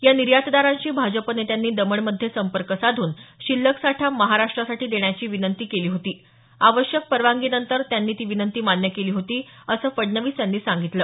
या निर्यातदारांशी भाजप नेत्यांनी दमण मध्ये संपर्क साधून शिल्लक साठा महाराष्ट्रासाठी देण्याची विनंती केली होती आवश्यक परवानगीनंतर त्यांनी ती विनंती मान्य केली होती असं फडणवीस यांनी सांगितलं